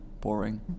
Boring